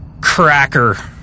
cracker